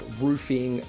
roofing